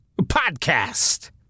podcast